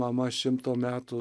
mama šimto metų